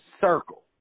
circle